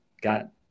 got